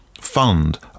fund